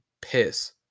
piss